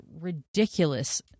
ridiculous